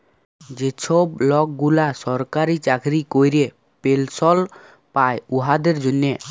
যে ছব লকগুলা সরকারি চাকরি ক্যরে পেলশল পায় উয়াদের জ্যনহে